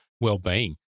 well-being